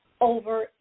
Over